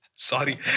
Sorry